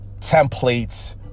templates